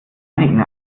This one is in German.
einigen